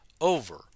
over